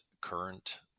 current